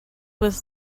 was